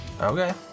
Okay